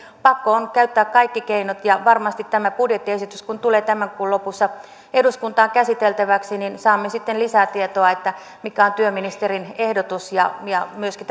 pakko on käyttää kaikki keinot varmasti kun tämä budjettiesitys tulee tämän kuun lopussa eduskuntaan käsiteltäväksi saamme sitten lisää tietoa siitä mikä on työministerin ehdotus myöskin